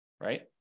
right